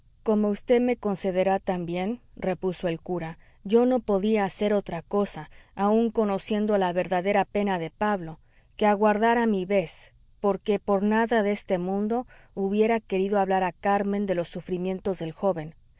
como vd me concederá también repuso el cura yo no podía hacer otra cosa aun conociendo la verdadera pena de pablo que aguardar a mi vez porque por nada de este mundo hubiera querido hablar a carmen de los sufrimientos del joven